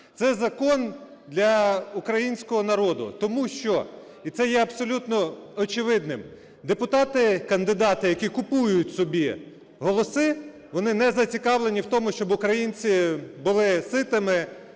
Це закон для українського народу, тому що... і це є абсолютно очевидним. Депутати, кандидати, які купують собі голоси, вони не зацікавлені в тому, щоб українці були ситими,